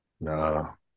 No